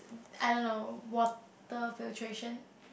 I don't know water filtration